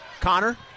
Connor